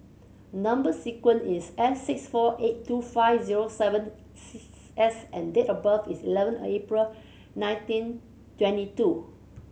number sequence is S six four eight two five zero seven S and date of birth is eleven April nineteen twenty two